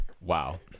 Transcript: Wow